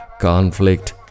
conflict